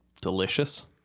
Delicious